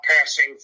passing